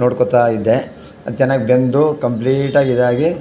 ನೋಡ್ಕೋತಾ ಇದ್ದೆ ಅದು ಚೆನ್ನಾಗಿ ಬೆಂದು ಕಂಪ್ಲೀಟಾಗಿ ಇದಾಗಿ